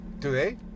Today